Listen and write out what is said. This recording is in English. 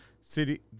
city